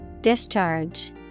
Discharge